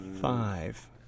Five